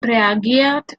reagiert